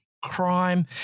crime